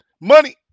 Money